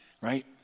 right